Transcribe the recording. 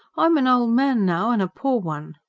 i'm an ol' man now, an' a poor one.